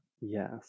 Yes